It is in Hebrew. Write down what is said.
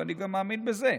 ואני גם מאמין בזה,